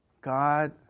God